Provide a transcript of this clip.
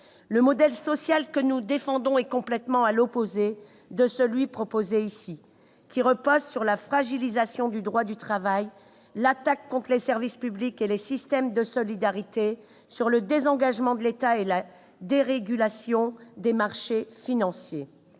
Le modèle social que nous défendons est complètement à l'opposé de celui qui nous est proposé ici et qui repose sur la fragilisation du droit du travail, sur l'attaque contre les services publics et les systèmes de solidarité, sur le désengagement de l'État et sur la dérégulation des marchés financiers.